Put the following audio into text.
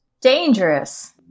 Dangerous